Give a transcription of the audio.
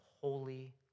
Holy